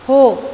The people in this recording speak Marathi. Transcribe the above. हो